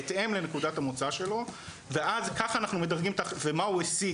בהתאם לנקודת המוצא שלו ומה הוא השיג